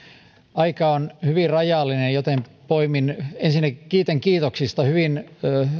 aika on hyvin rajallinen joten ensinnäkin kiitän kiitoksista hyvin